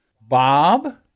Bob